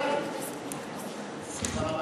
יישר כוח.